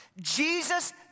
Jesus